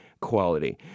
quality